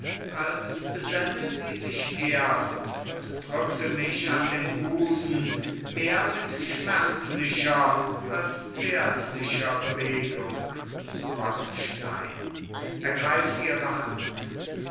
als besänne sie sich erst und drückte mich an den busen mehr mit schmerzlicher als zärtlicher bewegung wallenstein ergreift ihre hand